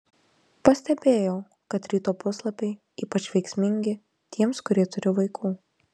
pastebėjau kad ryto puslapiai ypač veiksmingi tiems kurie turi vaikų